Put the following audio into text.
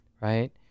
right